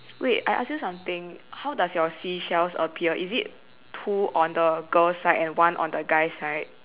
wait I ask you something how does your seashells appear is it two on the girl's side and one on the guy's side